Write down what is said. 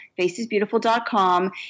facesbeautiful.com